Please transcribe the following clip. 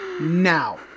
now